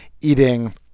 eating